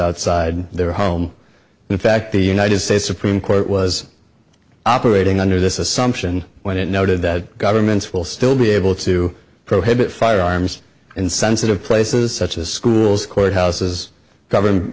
outside their home in fact the united states supreme court was operating under this assumption when it noted that governments will still be able to prohibit firearms in sensitive places such as schools courthouses govern